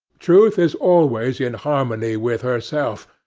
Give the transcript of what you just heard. truth is always in harmony with herself,